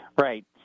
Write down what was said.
Right